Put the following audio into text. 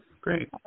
Great